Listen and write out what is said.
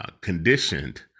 conditioned